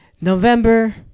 November